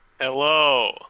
Hello